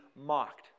mocked